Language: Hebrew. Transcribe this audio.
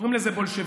קוראים לזה בולשביזם.